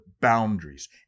Boundaries